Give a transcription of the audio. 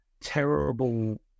terrible